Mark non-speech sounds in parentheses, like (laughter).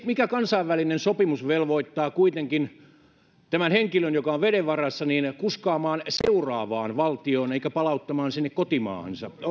(unintelligible) mikä kansainvälinen sopimus velvoittaa kuitenkin kuskaamaan tämän henkilön joka on veden varassa seuraavaan valtioon eikä palauttamaan sinne kotimaahansa